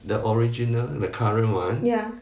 ya